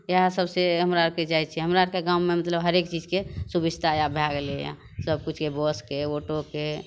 इएह सबसे हमरा आओरके जाइ छिए हमरा आओरके गाममे मतलब हरेक चीजके सुभिस्ता आब भै गेलैए सबकिछुके बसके ऑटोके